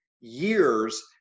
years